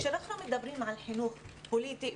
כשאנחנו מדברים על חינוך פוליטי,